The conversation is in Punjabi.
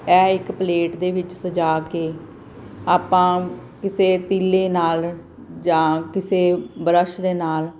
ਇਹ ਇੱਕ ਪਲੇਟ ਦੇ ਵਿੱਚ ਸਜਾ ਕੇ ਆਪਾਂ ਕਿਸੇ ਤੀਲੇ ਨਾਲ ਜਾਂ ਕਿਸੇ ਬਰਸ਼ ਦੇ ਨਾਲ